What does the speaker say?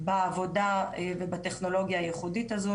בעבודה ובטכנולוגיה הייחודית הזו.